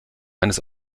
eines